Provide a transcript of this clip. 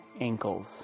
ankles